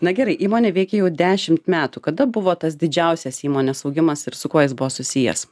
na gerai įmonė veikia jau dešimt metų kada buvo tas didžiausias įmonės augimas ir su kuo jis buvo susijęs